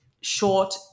short